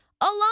alone